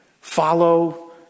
Follow